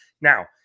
Now